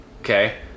Okay